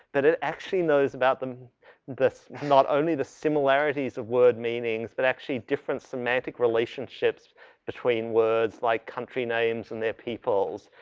that it actually knows about them this not only the similarities of word meanings but actually different semantic relationships between words like country names and their peoples.